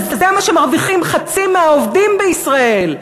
שזה מה שמרוויחים חצי מהעובדים בישראל?